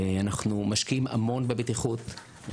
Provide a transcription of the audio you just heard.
אנחנו משקיעים המון בבטיחות.